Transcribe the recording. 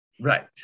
Right